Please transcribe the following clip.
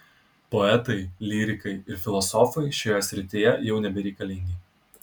poetai lyrikai ir filosofai šioje srityje jau nebereikalingi